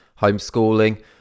homeschooling